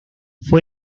fue